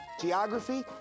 geography